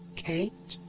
kate?